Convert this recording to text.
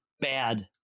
bad